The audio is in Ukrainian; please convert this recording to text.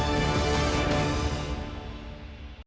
Дякую.